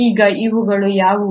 ಈಗ ಇವುಗಳು ಯಾವುವು